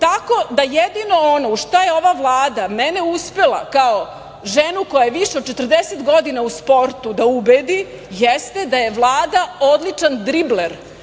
da jedino ono u šta je ova Vlada mene uspela kao ženu koja više od 40 godina u sportu da ubedi, jeste da je Vlada odličan dribler,